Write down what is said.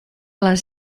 les